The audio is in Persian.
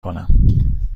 کنم